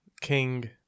King